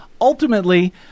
Ultimately